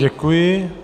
Děkuji.